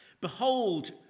Behold